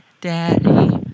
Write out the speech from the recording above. Daddy